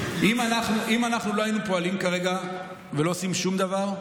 אם לא היינו פועלים כרגע ולא היינו עושים שום דבר,